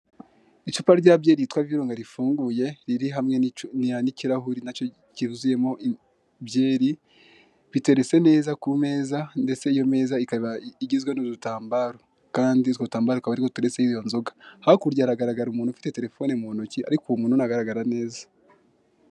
Icupa rya byeri yitwa virunga rifunguye riri hamwe n'ikirahuri nacyo cyuzuyemo byeri biteretse neza ku meza ndetse iyo meza ikaba igizwe n'udutambaro kandi utwo dutambaro akaba aritwo duteretseho iyo nzoga hakurya haragaragara umuntu ufite terefone mu ntoki ariko uwo muntu ntagaragara neza.